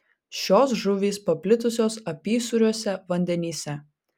šios žuvys paplitusios apysūriuose vandenyse